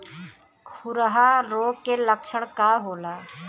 खुरहा रोग के लक्षण का होला?